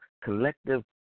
collective